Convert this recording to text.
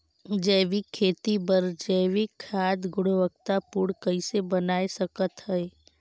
जैविक खेती बर जैविक खाद गुणवत्ता पूर्ण कइसे बनाय सकत हैं?